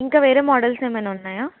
ఇంకా వేరే మోడల్స్ ఏమైనా ఉన్నాయా